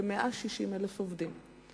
כ-160,000 עובדים.